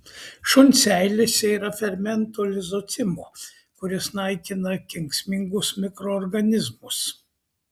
šuns seilėse yra fermento lizocimo kuris naikina kenksmingus mikroorganizmus